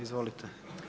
Izvolite.